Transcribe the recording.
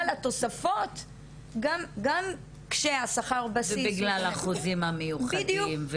התוספות --- ובגלל החוזים המיוחדים.